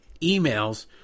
emails